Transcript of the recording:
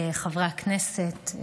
חברי הכנסת,